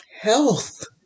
health